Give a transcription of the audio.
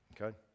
Okay